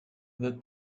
the